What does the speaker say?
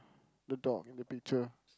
the dog in the picture